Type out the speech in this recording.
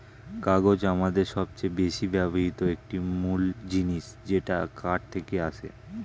কাগজ আমাদের সবচেয়ে বেশি ব্যবহৃত একটি মূল জিনিস যেটা কাঠ থেকে আসে